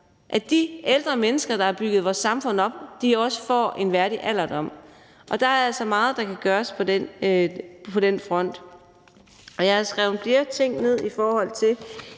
at de ældre mennesker, der har bygget vores samfund op, også får en værdig alderdom, og der er altså meget, der kan gøres på den front. Jeg har skrevet flere ting ned. Jeg vil